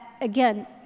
again